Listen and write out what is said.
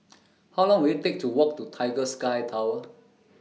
How Long Will IT Take to Walk to Tiger Sky Tower